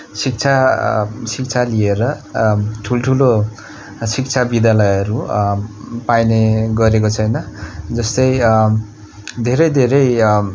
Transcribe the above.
शिक्षा शिक्षा लिएर ठुल ठुलो शिक्षा विद्यालयहरू पाइने गरेको छैन जस्तै धेरै धेरै